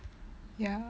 ya